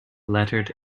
lettered